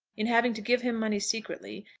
in having to give him money secretly,